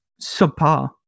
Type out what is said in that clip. subpar